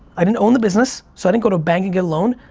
i didn't own the business so i didn't go to a bank and get a loan,